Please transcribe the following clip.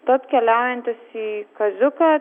tad keliaujantis į kaziuką